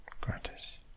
gratis